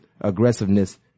aggressiveness